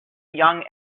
young